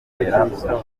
aramwumva